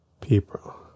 people